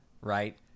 right